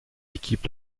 équipe